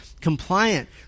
compliant